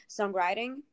songwriting